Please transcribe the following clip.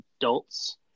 adults